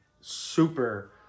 super